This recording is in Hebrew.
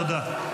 תודה.